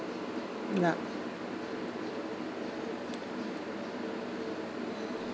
not